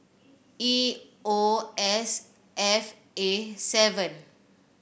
E O S F A seven